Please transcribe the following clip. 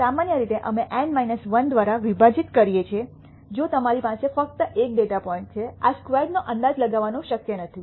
સામાન્ય રીતે અમે N 1 દ્વારા વિભાજીત કરીયે છે જો તમારી પાસે ફક્ત એક ડેટા પોઇન્ટ છે ઓ સ્ક્વેર્ડનો અંદાજ લગાવવાનું શક્ય નથી